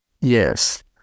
Yes